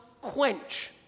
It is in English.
quench